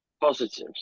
positives